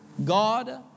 God